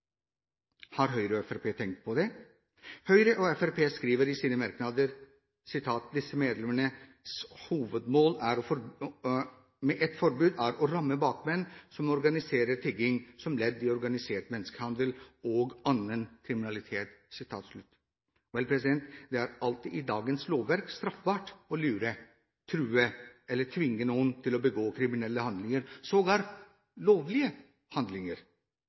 Har Høyre og Fremskrittspartiet tenkt på det? Høyre og Fremskrittspartiet skriver i sine merknader: «Disse medlemmers hovedmål med et forbud er å ramme bakmenn som organiserer tigging, som ledd i organisert menneskehandel og annen kriminalitet.» Vel, det er alt i dagens lovverk straffbart å lure, true eller tvinge noen til å begå kriminelle handlinger, sågar lovlige handlinger.